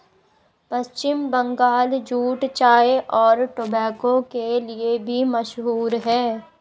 पश्चिम Bengal jute चाय और tobacco के लिए भी मशहूर है